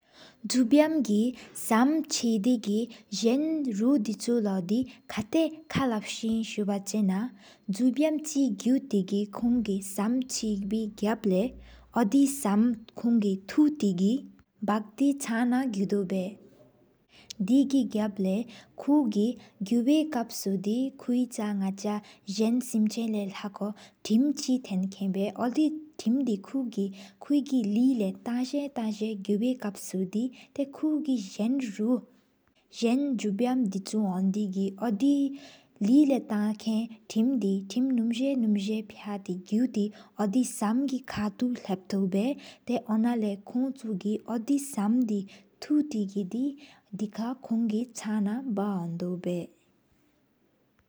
གཟུབ་ཡམ་གི་སམ་ཆེ་སེང་སམ་དྲུག་དིག་ཆུ་རོགས་ལོ། ཁ་ཕྲག་ཀ་ལབ་སེ་སུ་དབར་ཆེ་ན། གཟུབ་ཡམ་ཆིག་གུ་ཊེ་ཁང་གི་སམ་ཆེ་བི་གཉེན་ལེགས། ཨོ་དི་སམ་ཁོང་གི་ཐུག་བོ་གྲུབ་ང་ཚང་ན། གུ་དབའུ་བའི་དེ་གི་གད་སུ་ཀུ་གི་གུ་ཝའི་གང་། ཨོ་དེ་ཀུའི་ཆ་སྣག་ཆ་བེན་ལེབ་བེན་སམ་ཆེན་ལེབ། ལག་གོ་ཐེམ་ཆིག་རྟེན་ཀན་བའི་ཨོ་དེ་ཐེམ་དི། ཀུའི་གི་ཀུའི་ལེགས་ལེབ་ཐན་སེན་ཐན་སེན་གུ་ཝའི་ཀབ་སུ་དི། ཏེ་ཀུ་གི་བཟུམ་རུག་རྒྱེས་བཟུམ་བཟུམ་ཅུ་སྣེ་གི། ཨོ་དེ་ལེེ་ལེོས་ཐན་ཀས་དེ་ཐེམ་ནུམ་སེ་ནུམ་སེ། ཕྱ་བ་བརྒྱ་བར་ཨོ་དི་སམ་གི་ཁ་ཐུ་ལབ་ས་། ཏེ་ཁོང་གི་ཨོ་དི་སམ་དེ་ཐུག་བོ་གྲུབ་ང་བལྟེ་སུ། ཁོང་གི་བལྟེ་ནང་དབའུ་མཐུ་སུ་བའི།